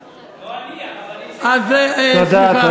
זה לא אני, זה הרבנים, תודה.